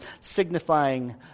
signifying